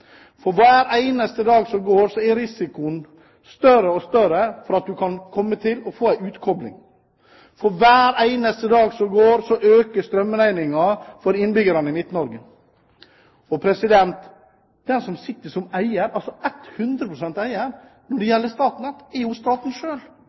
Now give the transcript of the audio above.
For hver eneste dag som går, blir risikoen større og større for at man kan komme til å få en utkobling. For hver eneste dag som går, øker strømregningen for innbyggerne i Midt-Norge. Den som sitter som eier – altså 100 pst. eier